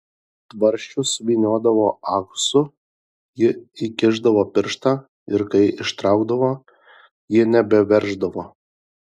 tvarsčius vyniodavo ahsu ji įkišdavo pirštą ir kai ištraukdavo jie nebeverždavo